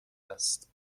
است